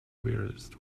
weirdest